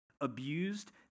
abused